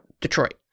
Detroit